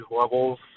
levels